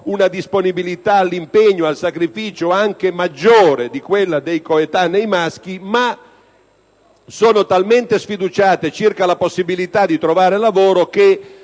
una disponibilità all'impegno e al sacrificio anche maggiore di quella dei coetanei maschi, ma sono talmente sfiduciate circa la possibilità di trovare un impiego